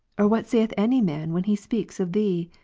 or what saith any man when he speaks of thee?